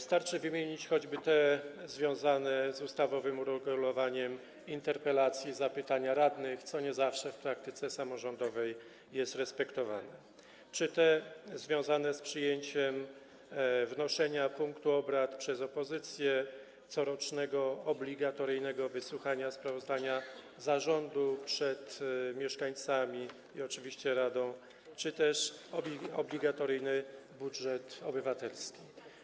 Starczy wymienić choćby te związane z ustawowym uregulowaniem interpelacji, zapytań radnych, co nie zawsze w praktyce samorządowej jest respektowane, czy te związane z przyjęciem punktu obrad wnoszonego przez opozycję, chodzi o coroczne obligatoryjne wysłuchanie sprawozdania zarządu przez mieszkańców i oczywiście radę czy też obligatoryjny budżet obywatelski.